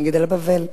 מגדל בבל.